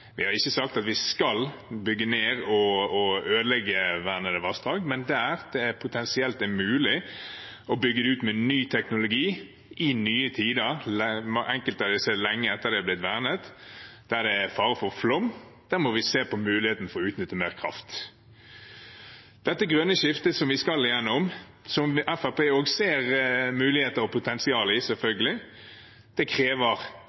Vi har ikke sagt at vi skal bygge ned og ødelegge vernede vassdrag, men der det potensielt er mulig å bygge det ut med ny teknologi i nye tider – enkelte av disse lenge etter at de er blitt vernet, og der det er fare for flom – må vi se på muligheten for å utnytte mer kraft. Det grønne skiftet som vi skal igjennom, som Fremskrittspartiet selvfølgelig også ser muligheter og